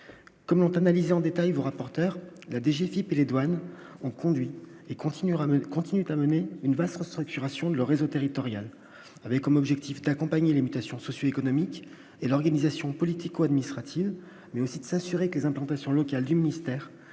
comment analyser en détail vous rapporteur il y a des Philippe et les douanes ont conduit et continuera mais continuent à mener une vaste restructuration de leur réseau territorial avec comme objectif d'accompagner les mutations socio-économique et l'organisation politico-administrative mais aussi de s'assurer que les implantations locales du ministère